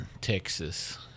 texas